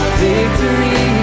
victory